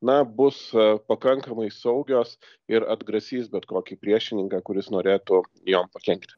na bus pakankamai saugios ir atgrasys bet kokį priešininką kuris norėtų jom pakenkti